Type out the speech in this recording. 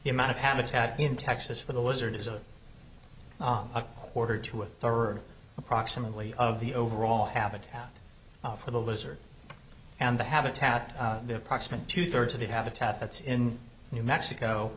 the amount of habitat in texas for the lizard is of a quarter to a third approximately of the overall habitat for the lizard and the habitat approximately two thirds of the habitat that's in new mexico